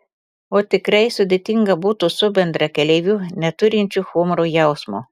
o tikrai sudėtinga būtų su bendrakeleiviu neturinčiu humoro jausmo